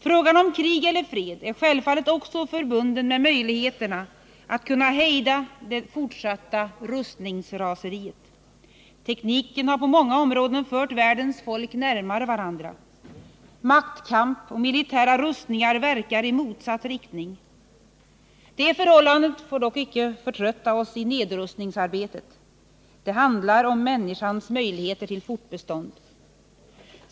Frågan om krig eller fred är självfallet också förbunden med möjligheterna att kunna hejda det fortsatta rustningsraseriet. Tekniken har på många områden fört världens folk närmare varandra. Maktkamp och militära rustningar verkar i motsatt riktning. Det förhållandet får dock inte förtrötta oss i nedrustningsarbetet — det handlar om människans möjligheter till fortbestånd.